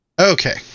Okay